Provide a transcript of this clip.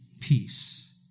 peace